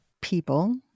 people